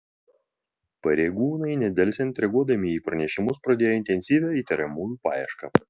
pareigūnai nedelsiant reaguodami į pranešimus pradėjo intensyvią įtariamųjų paiešką